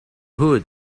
hood